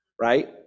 right